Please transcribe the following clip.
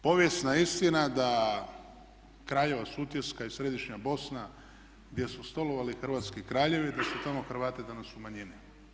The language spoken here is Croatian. Povijesna je istina da Kraljeva Sutjeska i središnja Bosna gdje su stolovali hrvatski kraljevi da su tamo Hrvati danas u manjini.